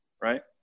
right